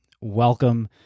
Welcome